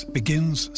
begins